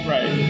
Right